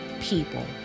people